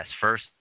first